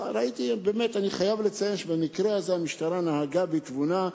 אני חייב לציין שבמקרה הזה המשטרה נהגה בתבונה,